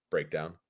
Breakdown